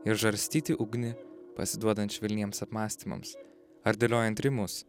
ir žarstyti ugnį pasiduodant švelniems apmąstymams ar dėliojant rimus